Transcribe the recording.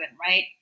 right